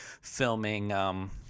filming